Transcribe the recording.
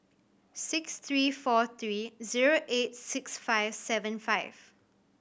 six three four three zero eight six five seven five